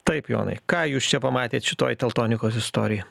taip jonai ką jūs čia pamatėt šitoj taltonikos istorijoj